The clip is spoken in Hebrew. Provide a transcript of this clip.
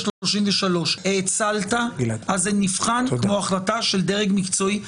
על 33, האצלת, זה נבחן כמו החלטה של דרג מקצועי.